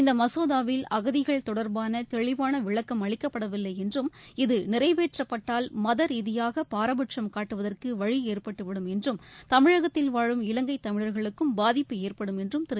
இந்த மசோதாவில் அகதிகள் தொடர்பான தெளிவான விளக்கம் அளிக்கப்படவில்லை என்றும் இது நிறைவேற்றப்பட்டால் மதரீதியாக பாரபட்சம் காட்டுவதற்கு வழி ஏற்பட்டுவிடும் என்றும் தமிழகத்தில் வாழும் இலங்கை தமிழர்களுக்கும் பாதிப்பு ஏற்படும் என்றும் திரு